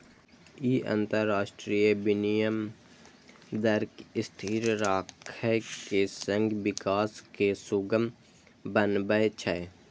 ई अंतरराष्ट्रीय विनिमय दर कें स्थिर राखै के संग विकास कें सुगम बनबै छै